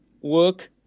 work